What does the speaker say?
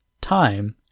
time